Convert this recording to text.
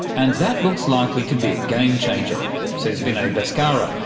and that looks likely to be a game-changer says vinay bashkara,